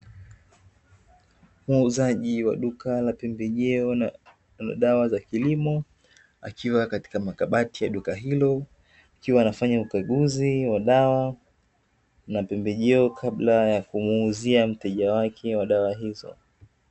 Muuzaji wa duka la pembejeo na dawa za kilimo, akiwa katika makabati ya duka hilo, akiwa anafanya ukaguzi wa dawa na pembejeo, kabla ya kumuuzia mteja wake wa dawa hizo.